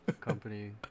company